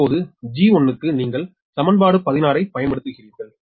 இப்போது G1 க்கு நீங்கள் சமன்பாடு 16 ஐப் பயன்படுத்துகிறீர்கள்